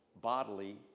bodily